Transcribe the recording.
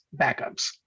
backups